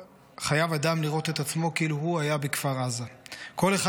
חייב אדם לראות את עצמו כאילו הוא היה בכפר עזה / כל אחד